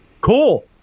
Cool